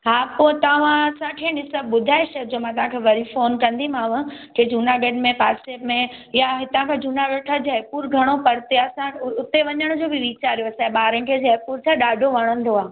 हा पोइ तव्हां असांखे ने सभु ॿुधाए छॾिजो मां तव्हांखे वरी फ़ोन कंदीमांव की जुनागढ़ में पासे में या हितां खां जुनागढ़ खां जयपुर घणो परते आहे असां वटि उहो उते वञण जो बि वीचारियो असांजे ॿारनि खे जयपुर छा ॾाढो वणंदो आहे